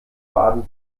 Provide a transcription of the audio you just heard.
baden